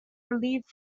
relieved